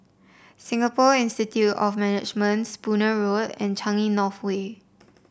Singapore Institute of Management Spooner Road and Changi North Way